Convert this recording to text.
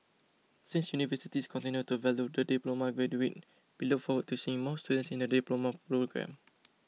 since universities continue to value the diploma graduate we look forward to seeing more students in the Diploma programme